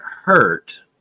hurt